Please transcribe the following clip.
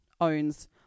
owns